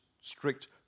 strict